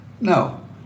No